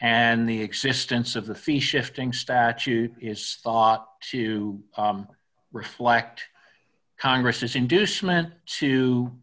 and the existence of the fee shifting statute is thought to reflect congress's inducement